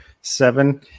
seven